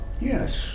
Yes